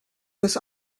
was